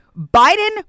Biden